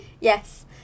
Yes